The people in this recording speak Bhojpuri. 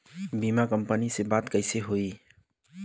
बीमा कंपनी में बात कइसे होई?